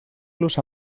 los